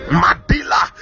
madila